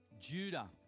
Judah